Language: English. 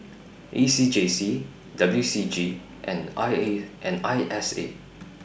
A C J C W C G and I A and I S A